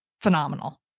phenomenal